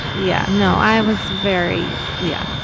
yeah, no, i was very yeah.